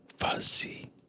Fuzzy